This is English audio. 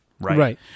right